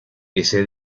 ese